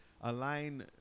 align